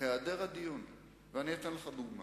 למיטב זיכרוני, וזיכרוני בזמן האחרון